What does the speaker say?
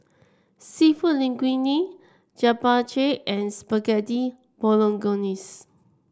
seafood Linguine Japchae and Spaghetti Bolognese